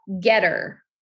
Getter